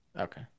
Okay